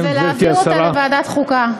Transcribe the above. ולהעביר אותה לוועדת החוקה.